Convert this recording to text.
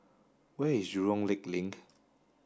where is Jurong Lake Link